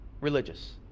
religious